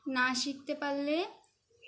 না শিখতে পারলে